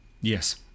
Yes